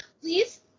Please